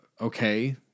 Okay